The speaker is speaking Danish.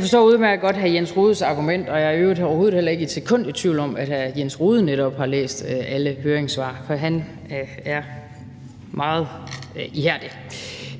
forstår udmærket godt hr. Jens Rohdes argument, og jeg er i øvrigt heller ikke et sekund i tvivl om, at netop hr. Jens Rohde har læst alle høringssvar, for han er meget ihærdig.